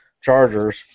chargers